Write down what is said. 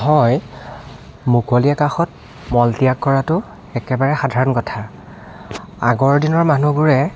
হয় মুকলি আকাশত মলত্যাগ কৰাটো একেবাৰে সাধাৰণ কথা আগৰ দিনৰ মানুহবোৰে